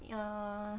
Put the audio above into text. err